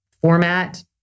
format